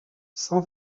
cent